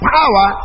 power